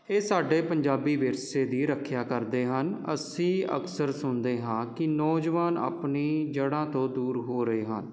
ਇਹ ਸਾਡੇ ਪੰਜਾਬੀ ਵਿਰਸੇ ਦੀ ਰੱਖਿਆ ਕਰਦੇ ਹਨ ਅਸੀਂ ਅਕਸਰ ਸੁਣਦੇ ਹਾਂ ਕਿ ਨੌਜਵਾਨ ਆਪਣੀ ਜੜਾਂ ਤੋਂ ਦੂਰ ਹੋ ਰਹੇ ਹਨ